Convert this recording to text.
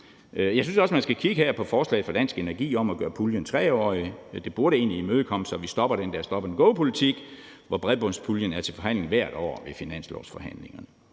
Jeg synes også, at man her skal kigge på forslaget fra Dansk Energi om at gøre puljen 3-årig. Det burde egentlig imødekommes, så vi stopper den der stop and go-politik, hvor bredbåndspuljen er til forhandling hvert år ved finanslovsforhandlingerne.